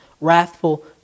wrathful